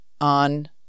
on